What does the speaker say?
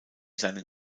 seinen